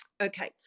Okay